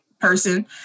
person